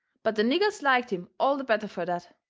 but the niggers liked him all the better fur that.